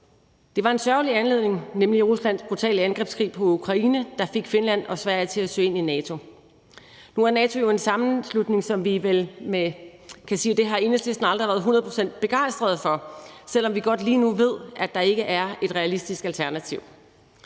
Det var en sørgelig anledning, nemlig Ruslands brutale angrebskrig i Ukraine, der fik Finland og Sverige til at søge ind i NATO. Nu er NATO jo en sammenslutning, som vi vel kan sige at Enhedslisten aldrig har været hundrede procent begejstrede for, selv om vi godt lige nu ved, at der ikke er et realistisk alternativ.